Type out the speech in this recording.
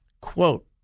Quote